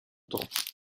temps